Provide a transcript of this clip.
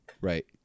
Right